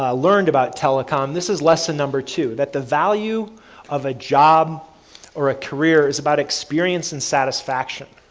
ah learned about telecom. this is lesson number two, that the value of a job or a career is about experience and satisfaction,